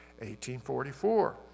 1844